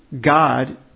God